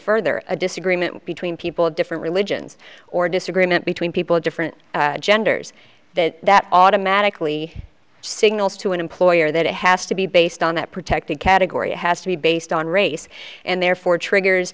further a disagreement between people of different religions or disagreement between people of different genders that that automatically signals to an employer that it has to be based on that protected category it has to be based on race and therefore triggers